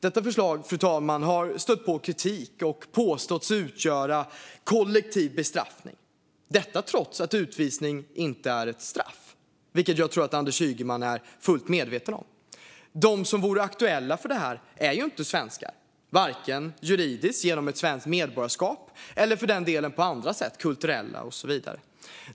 Detta förslag, fru talman, har stött på kritik och påståtts utgöra kollektiv bestraffning - detta trots att utvisning inte är ett straff, vilket jag tror att Anders Ygeman är fullt medveten om. De som vore aktuella för detta är ju inte svenskar, vare sig juridiskt genom ett svenskt medborgarskap eller för den delen på andra sätt - kulturella och så vidare.